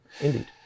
Indeed